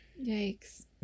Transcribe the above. yikes